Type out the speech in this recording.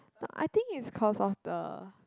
I think is cause of the